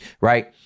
Right